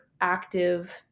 active